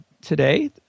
today